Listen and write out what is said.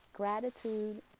Gratitude